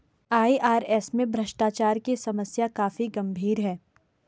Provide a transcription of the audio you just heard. IRS में भ्रष्टाचार की समस्या काफी गंभीर है